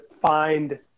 find